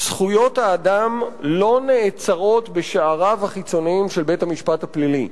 שזכויות האדם לא נעצרות בשעריו החיצוניים של בית-המשפט הפלילי.